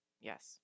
Yes